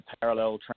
parallel